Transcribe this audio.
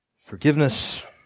forgiveness